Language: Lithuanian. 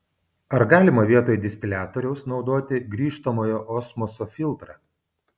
ar galima vietoj distiliatoriaus naudoti grįžtamojo osmoso filtrą